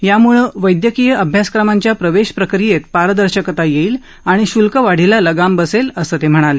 यामुळं वैद्यकीय अभ्यासक्रमांच्या प्रवेश प्रक्रीयेत पारदर्शकता येईल आणि श्ल्कवाढीला लगाम बसेल असं जावडेकर म्हणाले